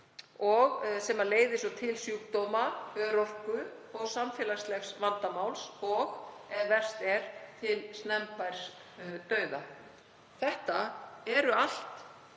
sem leiðir aftur til sjúkdóma, örorku og samfélagslegs vandamáls og, ef verst er, til snemmbærs dauða. Það eru allt